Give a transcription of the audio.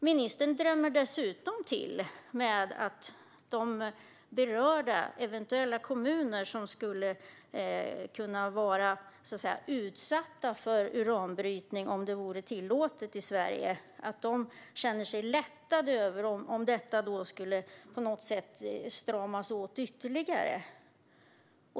Ministern drämmer dessutom till med att de kommuner som eventuellt skulle kunna utsättas för uranbrytning om det vore tillåtet i Sverige skulle känna sig lättade om detta skulle stramas åt ytterligare.